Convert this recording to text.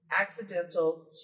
accidental